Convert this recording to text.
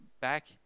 back